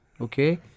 Okay